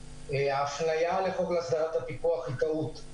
האפליה בחוק להסדרת הפיקוח היא טעות.